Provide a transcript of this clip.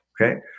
okay